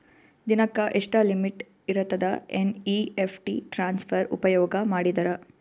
ದಿನಕ್ಕ ಎಷ್ಟ ಲಿಮಿಟ್ ಇರತದ ಎನ್.ಇ.ಎಫ್.ಟಿ ಟ್ರಾನ್ಸಫರ್ ಉಪಯೋಗ ಮಾಡಿದರ?